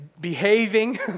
behaving